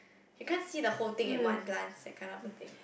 you can't see the whole thing in one glance that kind of a thing